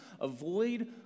avoid